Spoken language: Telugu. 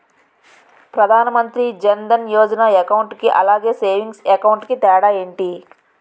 ప్రధాన్ మంత్రి జన్ దన్ యోజన అకౌంట్ కి అలాగే సేవింగ్స్ అకౌంట్ కి తేడా ఏంటి?